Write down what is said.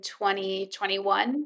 2021